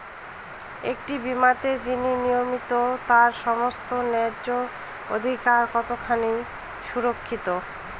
একটি বীমাতে যিনি নমিনি তার সমস্ত ন্যায্য অধিকার কতখানি সুরক্ষিত?